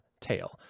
tail